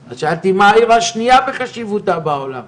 אז שאלתי מה העיר השנייה בחשיבותה בעולם?